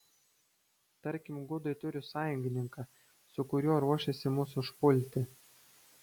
tarkim gudai turi sąjungininką su kuriuo ruošiasi mus užpulti